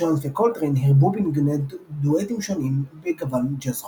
ג'ונס וקולטריין הירבו בנגינת דואטים שונים בגוון ג'אז חופשי.